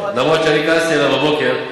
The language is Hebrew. אף שאני כעסתי עליו הבוקר,